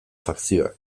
fakzioak